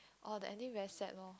all the anywhere set lor